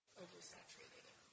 oversaturated